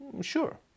Sure